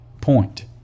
point